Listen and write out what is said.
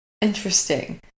Interesting